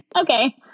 okay